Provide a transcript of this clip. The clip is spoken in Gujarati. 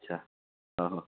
અચ્છા હ હ